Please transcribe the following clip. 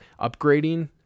upgrading